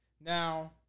Now